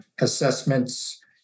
assessments